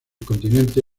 continente